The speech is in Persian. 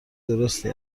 درستی